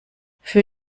für